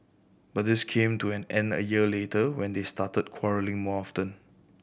but this came to an end a year later when they started quarrelling more often